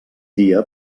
dia